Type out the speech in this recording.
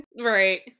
Right